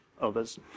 others